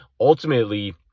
ultimately